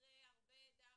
אחרי הרבה דם,